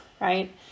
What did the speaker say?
right